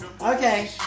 Okay